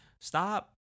stop